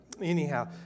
anyhow